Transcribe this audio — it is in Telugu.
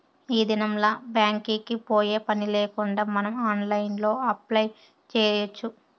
ఈ దినంల్ల బ్యాంక్ కి పోయే పనిలేకుండా మనం ఆన్లైన్లో అప్లై చేయచ్చు